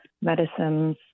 medicines